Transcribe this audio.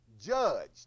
judged